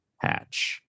Hatch